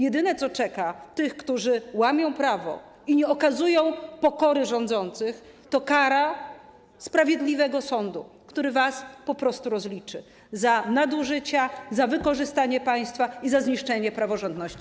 Jedyne, co czeka tych, którzy łamią prawo i nie okazują pokory, rządzących, to kara sprawiedliwego sądu, który was po prostu rozliczy za nadużycia, za wykorzystanie państwa i za zniszczenie praworządności.